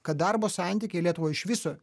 kad darbo santykiai lietuvoj iš viso